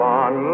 on